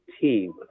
team